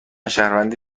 شهروندی